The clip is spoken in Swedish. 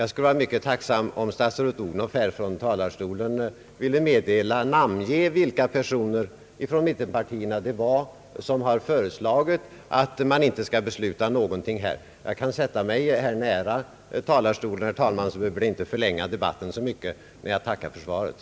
Jag skulle vara tacksam om statsrådet Odhnoff från denna talarstol vill namnge vilka personer från mittenpartierna som har föreslagit att inga beslut skall fattas här. Jag skall sätta mig nära talarstolen, herr talman, för att inte behöva förlänga debatten så mycket när jag skall tacka för svaret.